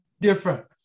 different